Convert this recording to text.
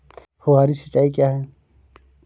फुहारी सिंचाई क्या है?